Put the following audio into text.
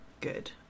Good